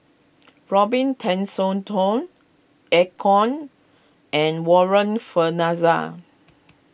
Robin Eu Kong and Warren Fernandez